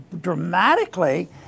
dramatically